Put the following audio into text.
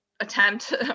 attempt